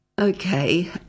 Okay